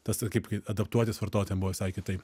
tas vat kaip adaptuotis vartotojam buvo visai kitaip